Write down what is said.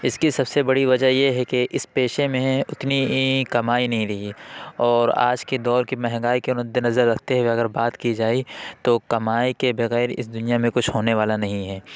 اس کی سب سے بڑی وجہ یہ ہے کہ اس پیشے میں اتنی کمائی نہیں رہی اور آج کے دور کی مہنگائی کے مد نظر رکھتے ہوئے اگر بات کی جائے تو کمائی کے بغیر اس دنیا میں کچھ ہونے والا نہیں ہے